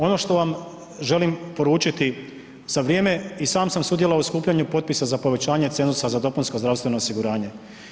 Ono što vam želim poručiti, za vrijeme i sam sam sudjelovao u skupljanju potpisa za povećanje cenzusa za dopunsko zdravstveno osiguranje.